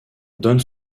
donne